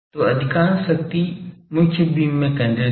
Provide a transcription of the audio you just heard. तो अधिकांश शक्ति मुख्य बीम में केंद्रित है